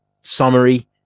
summary